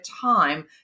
time